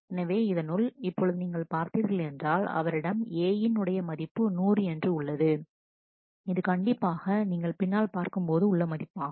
எனவே இதனுள் இப்பொழுது நீங்கள் பார்த்தீர்கள் என்றால் அவரிடம் A யின் உடைய மதிப்பு நூறு என்று உள்ளது இது கண்டிப்பாக நீங்கள் பின்னால் பார்க்கும்போது உள்ள மதிப்பாகும்